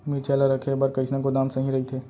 मिरचा ला रखे बर कईसना गोदाम सही रइथे?